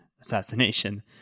assassination